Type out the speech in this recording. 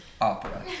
opera